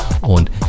und